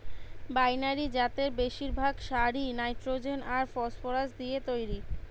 binary জাতের বেশিরভাগ সারই নাইট্রোজেন আর ফসফরাস দিয়ে তইরি